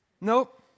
Nope